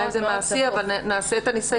אני לא יודעת אם זה מעשי אבל נעשה את הניסיון.